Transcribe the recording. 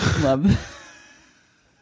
love